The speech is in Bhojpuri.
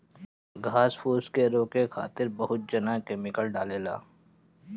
घास फूस के रोके खातिर बहुत जना केमिकल डालें लन